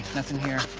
nothing here.